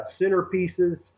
centerpieces